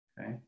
Okay